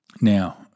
Now